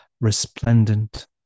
resplendent